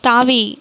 தாவி